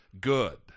good